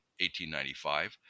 1895